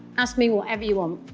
ask me whatever you want.